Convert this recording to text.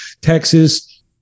Texas